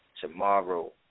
tomorrow